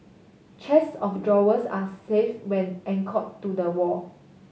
chests of drawers are safe when anchor to the wall